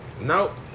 nope